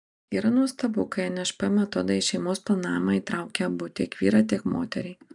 yra nuostabu kai nšp metodai į šeimos planavimą įtraukia abu tiek vyrą tiek moterį